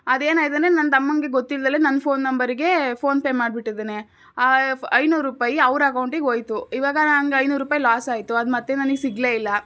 ಅದೇನಾಯ್ತಂದ್ರೇ ನನ್ನ ತಮ್ಮನಿಗೆ ಗೊತ್ತಿಲ್ದೇ ನನ್ನ ಫೋನ್ ನಂಬರಿಗೆ ಫೋನ್ಪೇ ಮಾಡಿಬಿಟ್ಟಿದ್ದಾನೆ ಆ ಫ ಐನೂರು ರೂಪಾಯಿ ಅವ್ರ ಅಕೌಂಟಿಗೆ ಹೋಯಿತು ಇವಾಗ ನಂಗೆ ಐನೂರು ರೂಪಾಯಿ ಲೋಸ್ ಆಯಿತು ಅದು ಮತ್ತೆ ನನಗ್ ಸಿಗಲೇ ಇಲ್ಲ